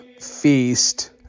feast